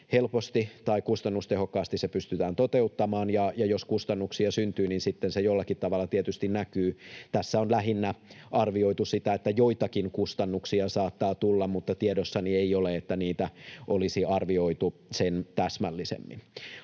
helposti tai kustannustehokkaasti se pystytään toteuttamaan, ja jos kustannuksia syntyy, niin sitten se jollakin tavalla tietysti näkyy. Tässä on lähinnä arvioitu, että joitakin kustannuksia saattaa tulla, mutta tiedossani ei ole, että niitä olisi arvioitu sen täsmällisemmin.